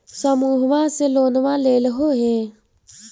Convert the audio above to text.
समुहवा से लोनवा लेलहो हे?